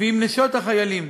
ועם נשות החיילים